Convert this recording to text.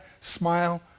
smile